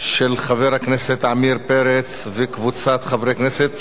של חבר הכנסת עמיר פרץ וקבוצת חברי הכנסת.